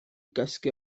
gysgu